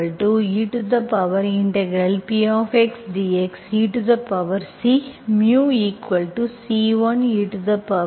eC μC1 ePdx arbitrary கான்ஸ்டன்ட்ஐ பெறலாம்